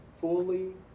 fully